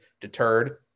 deterred